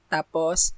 Tapos